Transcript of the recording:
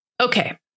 Okay